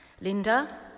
Linda